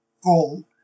goal